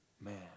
man